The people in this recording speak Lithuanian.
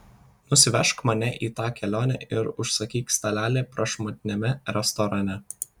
nusivežk mane į tą kelionę ir užsakyk stalelį prašmatniame restorane